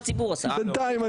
בינתיים,